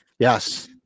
Yes